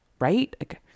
right